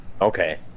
Okay